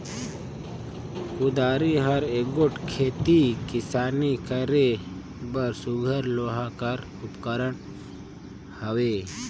कुदारी हर एगोट खेती किसानी करे बर सुग्घर लोहा कर उपकरन हवे